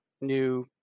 new